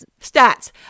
Stats